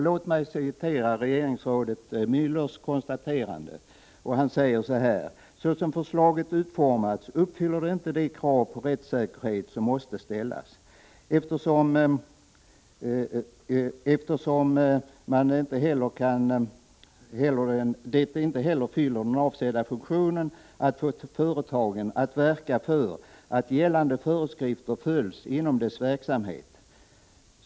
Låt mig citera regeringsrådet Muellers konstaterande: ”Såsom förslaget utformats uppfyller det inte de krav på rättssäkerhet som måste ställas. Eftersom de föreslagna reglerna ——-— ger en bristfällig information om vad som krävs i fråga om förebyggande åtgärder, kommer reglerna inte heller att fylla den avsedda funktionen att få företagen att verka för att gällande föreskrifter följs inom deras verksamhet.